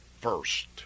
first